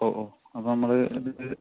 ഓ ഓ അപ്പോൾ നമ്മള് ഇത്